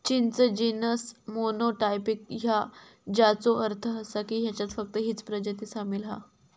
चिंच genus monotypic हा, ज्याचो अर्थ असा की ह्याच्यात फक्त हीच प्रजाती सामील हा